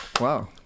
Wow